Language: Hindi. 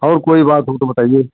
और कोई बात हो तो बताइए